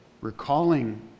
recalling